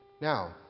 Now